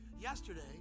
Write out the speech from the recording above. Yesterday